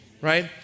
right